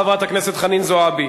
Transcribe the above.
חברת הכנסת חנין זועבי,